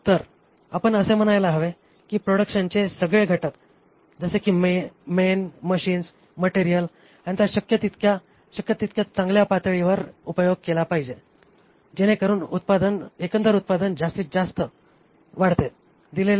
तर आपण असे म्हणायला हवे की प्रोडक्शनचे सगळे घटक जसे कि मेन मशीन्स मटेरियल ह्यांचा शक्य तितक्या शक्य तितक्या चांगल्या पातळीवर उपयोग केला पाहिजे जेणेकरून एकंदर उत्पादन जास्तीत जास्त जास्तीत जास्त वाढते